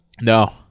No